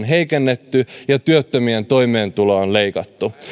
heikennetty ja työttömien toimeentuloa on leikattu